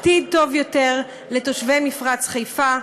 עתיד טוב יותר לתושבי מפרץ חיפה,